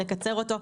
לקצר אותו,